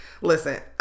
listen